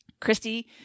Christy